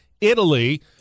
Italy